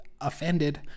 offended